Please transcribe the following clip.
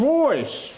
voice